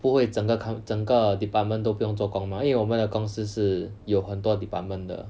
不会整个 com~ 整个 department 都不用作工 mah 因为我们的公司是有很多 department 的